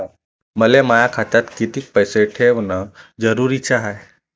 मले माया खात्यात कितीक पैसे ठेवण जरुरीच हाय?